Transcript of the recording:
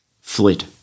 Flit